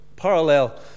parallel